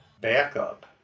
backup